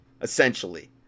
essentially